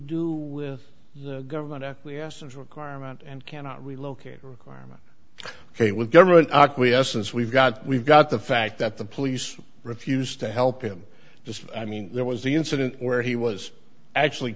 do with the government acquiescence requirement and cannot relocate requirement ok with government acquiescence we've got we've got the fact that the police refused to help him just i mean there was the incident where he was actually